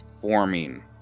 forming